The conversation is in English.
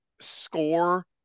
score